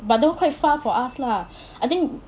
but that [one] quite far for us lah I think